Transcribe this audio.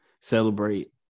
celebrate